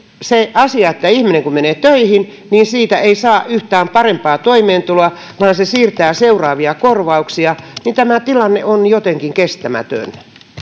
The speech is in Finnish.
asia ja tilanne että kun ihminen menee töihin niin siitä ei saa yhtään parempaa toimeentuloa vaan se siirtää seuraavia korvauksia on jotenkin kestämätön